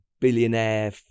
billionaire